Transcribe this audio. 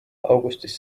augustis